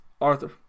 Arthur